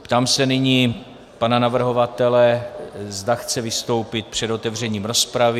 Ptám se nyní pana navrhovatele, zda chce vystoupit před otevřením rozpravy.